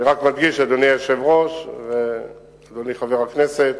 אני רק מדגיש, אדוני היושב-ראש ואדוני חבר הכנסת,